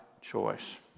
choice